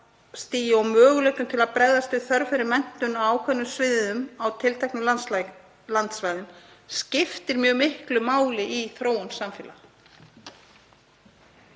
og möguleikum til að bregðast við þörf fyrir menntun á ákveðnum sviðum á tilteknum landsvæðum skiptir mjög miklu máli í þróun samfélaga.